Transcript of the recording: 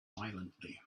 silently